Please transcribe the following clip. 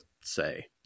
say